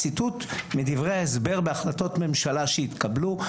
ציטוט מדברי ההסבר בהחלטות ממשלה שהתקבלו,